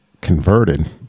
converted